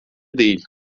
değil